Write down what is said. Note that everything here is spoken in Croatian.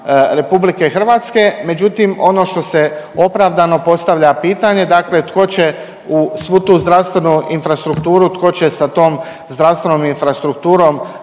dijelovima RH. Međutim ono što se opravdano postavlja pitanje dakle tko će uz svu tu zdravstvenu infrastrukturu, tko će sa tom zdravstvenom infrastrukturom